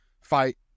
fight